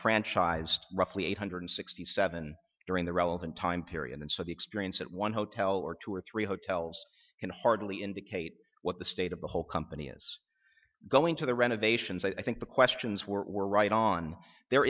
franchised roughly eight hundred sixty seven during the relevant time period and so the experience at one hotel or two or three hotels can hardly indicate what the state of the whole company is going to the renovations i think the questions were right on there